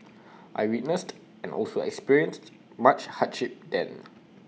I witnessed and also experienced much hardship then